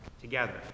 together